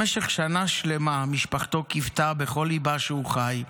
במשך שנה שלמה משפחתו קיוותה בכל ליבה שהוא חי,